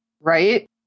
Right